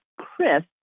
Chris